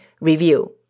review